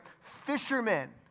fishermen